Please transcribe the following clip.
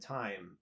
time